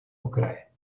okraje